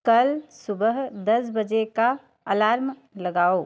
कल सुबह दस बजे का अलार्म लगाओ